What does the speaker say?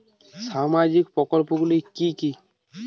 সামাজিক প্রকল্পগুলি কি কি?